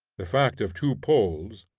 the fact of two poles,